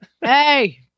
Hey